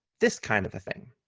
this kind of a thing,